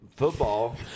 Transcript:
Football